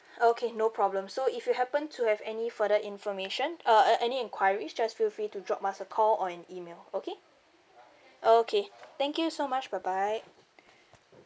okay no problem so if you happen to have any further information uh uh any inquiries just feel free to drop us a call or an email okay okay thank you so much bye bye